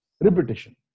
repetition